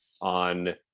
on